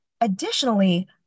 additionally